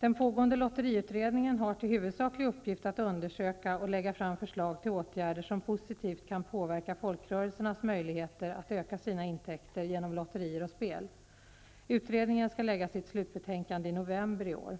Den pågående lotteriutredningen har till huvudsaklig uppgift att undersöka och lägga fram förslag till åtgärder som positivt kan påverka folkrörelsernas möjligheter att öka sina intäkter genom lotterier och spel. Utredningen skall lägga fram sitt slutbetänkande i november i år.